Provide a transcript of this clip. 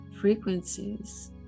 frequencies